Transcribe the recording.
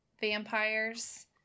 vampires